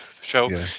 show